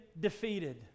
defeated